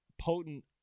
potent